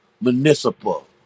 municipal